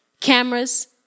cameras